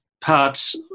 parts